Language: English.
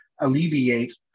alleviate